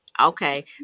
Okay